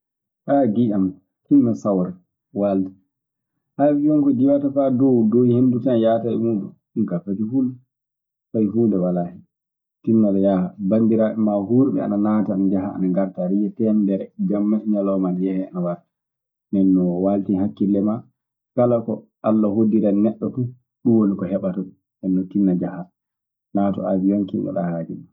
Giɗam tinna sawra, walta, awiyon ko diwata faa dow - dow henndu tan yaata e mum; ɗum kaa fati hul. Fay huunde walaa hen tinna yahaa, banndiraaɓe maa hurɓe ana naata, ana njaha ana ngarta. Aɗa yiya teemedere, jamma e ñalooma ana yehee ana wartee. Nenno, waltin hakkille maa kala ko Alla hoddirani neɗɗo fuu, ɗum woni ko heɓataɗum; nenno tinna njaha, naatu awiyon kinnoɗaa haaje maa.